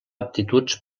aptituds